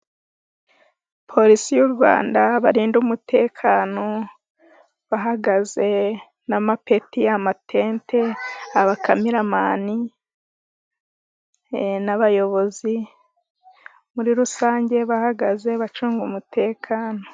Polisi y'u Rwanda barinda umutekano bahagaze n'amapeti, amatente, abakamiramani n'abayobozi muri rusange bahagaze bacunga umutekano.